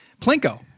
Plinko